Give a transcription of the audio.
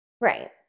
Right